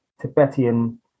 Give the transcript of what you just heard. Tibetan